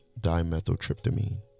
dimethyltryptamine